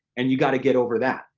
and you gotta get over that.